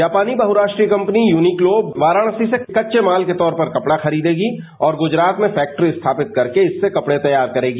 जापानी बहुराष्ट्रीय company Uniqlo Varanasi से कच्चे माल के तौर पर कपड़ा खरीदेगी और गुजरात में फैक्ट्री स्थापित करके इससे कपड़े तैयार करेगी